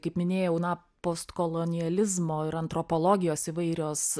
kaip minėjau na postkolonializmo ir antropologijos įvairios